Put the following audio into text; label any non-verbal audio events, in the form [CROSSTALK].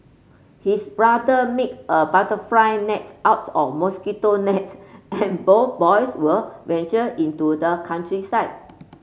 his brother make a butterfly net out of mosquito net [NOISE] and both boys would venture into the countryside